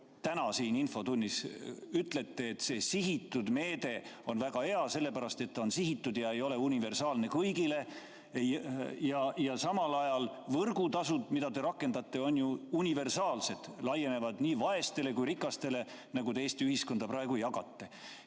endale vastu. Ütlete, et see sihitud meede on väga hea, sellepärast et ta on sihitud ja ei ole universaalne kõigile, aga samal ajal võrgutasud, mida te rakendate, on ju universaalsed, laienevad nii vaestele kui rikastele, nagu te Eesti ühiskonda praegu jagate.